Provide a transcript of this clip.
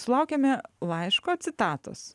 sulaukėme laiško citatos